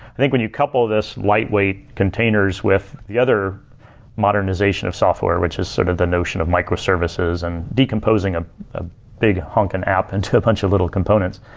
i think when you couple this lightweight containers with the other modernization of software, which is sort of the notion of microservices and decomposing ah a big hunkin' app into a bunch of little components,